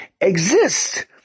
exist